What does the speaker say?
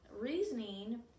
reasoning